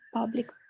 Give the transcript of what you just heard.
public.